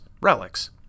relics